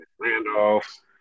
Randolph